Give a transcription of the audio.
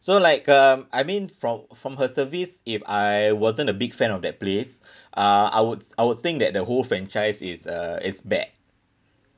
so like um I mean from from her service if I wasn't a big fan of that place uh I would I would think that the whole franchise is uh is bad